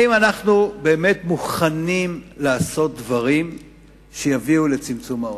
האם אנחנו באמת מוכנים לעשות דברים שיביאו לצמצום העוני?